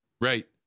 Right